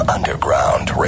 Underground